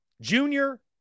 Junior